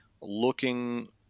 looking